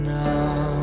now